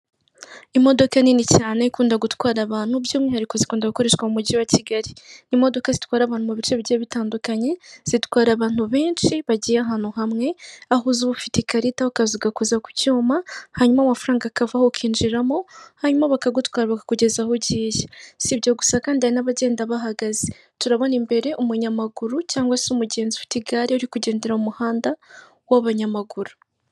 Imodoka nini cyane ikunda gutwara abantu by'umwihariko zikunda gukoreshwa mu mujyi wa Kigali imodoka zitwara abantu mu bice bike bitandukanye zitwara abantu benshi bagiye ahantu hamwe ahoza uba ufite ikarita uka ugakoza ku cyuma hanyuma amafaranga akavaho ukinjiramo hanyuma bakagutwararwa kugeza aho ugiye, si ibyo gusa kandi n'abagenda bahagaze turabona imbere umunyamaguru cyangwa se umugenzi ufite igare uri kugendera mu muhanda w'abanyamaguru.